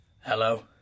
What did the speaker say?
Hello